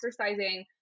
exercising